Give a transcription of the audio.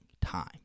time